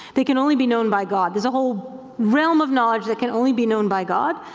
they can only be known by god. there's a whole realm of knowledge that can only be known by god,